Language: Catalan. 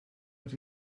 els